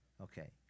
Okay